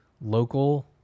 local